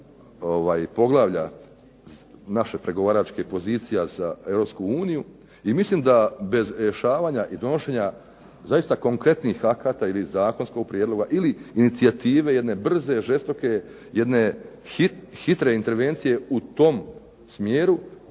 poglavlja naše pregovaračkih pozicija sa EU i mislim da bez rješavanja i donošenja zaista konkretnih akata ili zakonskog prijedloga ili inicijative, jedne brze, žestoke, jedne hitre intervencije u tom smjeru,